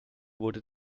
wurde